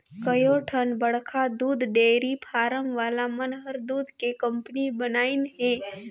कयोठन बड़खा दूद डेयरी फारम वाला मन हर दूद के कंपनी बनाईंन हें